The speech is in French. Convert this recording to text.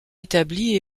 établie